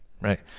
right